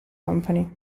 company